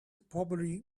probably